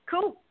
cool